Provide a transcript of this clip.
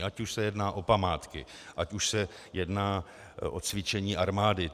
Ať už se jedná o památky, ať už se jedná o cvičení armády.